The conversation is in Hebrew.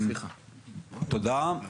תודה.